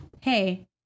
Hey